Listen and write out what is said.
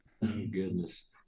goodness